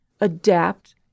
Adapt